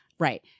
Right